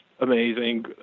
amazing